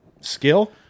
skill